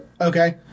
okay